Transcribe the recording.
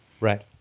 Right